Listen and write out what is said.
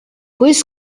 please